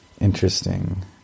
interesting